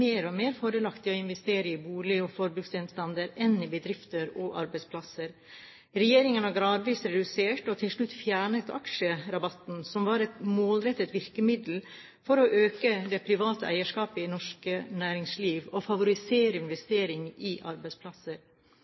mer og mer fordelaktig å investere i bolig og forbruksgjenstander enn i bedrifter og arbeidsplasser. Regjeringen har gradvis redusert og til slutt fjernet aksjerabatten, som var et målrettet virkemiddel for å øke det private eierskapet i norsk næringsliv og favoriserer investeringer i arbeidsplasser.